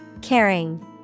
Caring